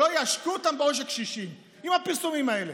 שלא יעשקו אותם בעושק קשישים עם הפרסומים האלה.